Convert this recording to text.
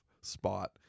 spot